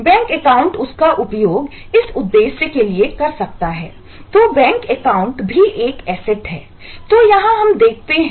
bank account है